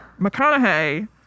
McConaughey